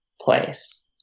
place